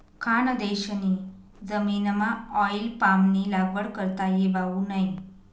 खानदेशनी जमीनमाऑईल पामनी लागवड करता येवावू नै